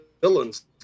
villains